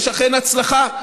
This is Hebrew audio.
יש אכן הצלחה,